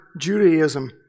Judaism